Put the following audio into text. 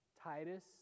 Titus